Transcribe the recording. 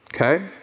okay